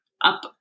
up